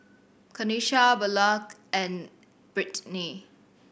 Kenisha Blanca and Brittnay